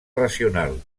racional